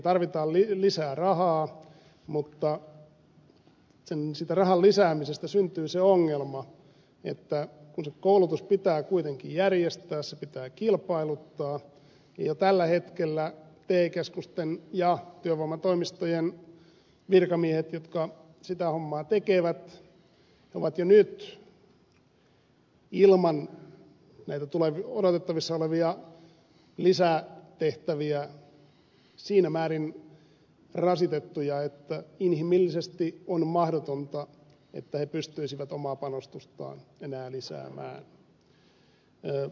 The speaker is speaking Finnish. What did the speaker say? siihen tarvitaan lisää rahaa mutta siitä rahan lisäämisestä syntyy se ongelma että kun koulutus pitää kuitenkin järjestää se pitää kilpailuttaa ja tällä hetkellä te keskusten ja työvoimatoimistojen virkamiehet jotka sitä hommaa tekevät ovat jo nyt ilman näitä odotettavissa olevia lisätehtäviä siinä määrin rasitettuja että inhimillisesti on mahdotonta että he pystyisivät omaa panostustaan enää lisäämään